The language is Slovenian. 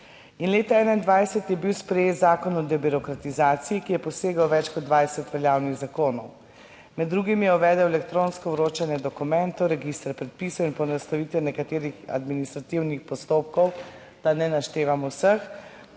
In leta 2021 je bil sprejet Zakon o debirokratizaciji, ki je posegel v več kot 20 veljavnih zakonov. Med drugim je uvedel elektronsko vročanje dokumentov, register predpisov in poenostavitev nekaterih administrativnih postopkov, da ne naštevam vseh,